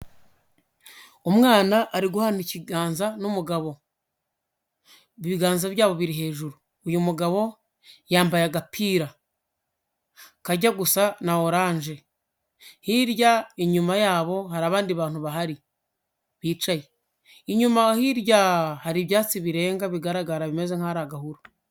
Umwana ari guhana ikiganza n'umugabo, ibiganza byabo biri hejuru. Uyu mugabo yambaye agapira kajya gusa na oranje, hirya inyuma yabo hari abandi bantu bahari bicaye. Inyuma aho hirya hari ibyatsi birenga bigaragara bimeze nk'aho ari agahuru.